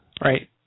right